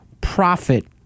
profit